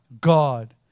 God